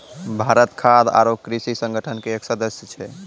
भारत खाद्य आरो कृषि संगठन के एक सदस्य छै